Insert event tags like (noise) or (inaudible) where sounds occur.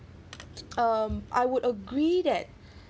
um I would agree that (breath)